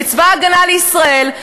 את צבא הגנה לישראל,